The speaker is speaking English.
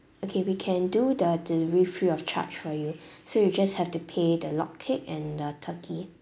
okay we can do the delivery free of charge for you so you just have to pay the log cake and the turkey